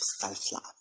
self-love